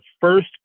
first